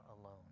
alone